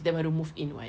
kita baru move in [what]